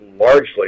largely